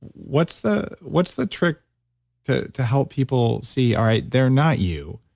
what's the what's the trick to to help people see, all right, they're not you.